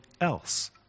else